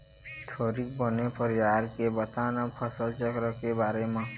थोरिक बने फरियार के बता न फसल चक्र के बारे म